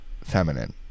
feminine